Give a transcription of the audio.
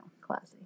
classy